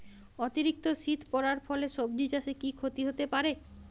অতিরিক্ত শীত পরার ফলে সবজি চাষে কি ক্ষতি হতে পারে?